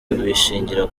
bishingira